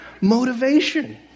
motivation